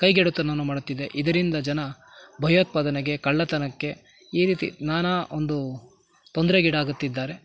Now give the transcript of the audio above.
ಕೈಗೆಡುತನವನ್ನು ಮಾಡುತ್ತಿದೆ ಇದರಿಂದ ಜನ ಭಯೋತ್ಪಾದನೆಗೆ ಕಳ್ಳತನಕ್ಕೆ ಈ ರೀತಿ ನಾನಾ ಒಂದು ತೊಂದರೆಗೀಡಾಗುತ್ತಿದ್ದಾರೆ